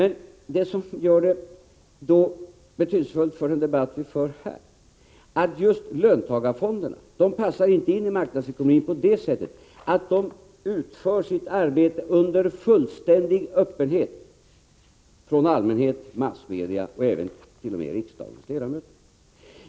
Men det som gör det hela betydelsefullt för den debatt vi för här är att just löntagarfonderna inte passar in i marknadsekonomin, eftersom arbetet där utförs under fullständig öppenhet när det gäller allmänheten, massmedia och t.o.m. riksdagens ledamöter.